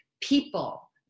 people